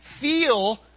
feel